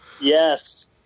Yes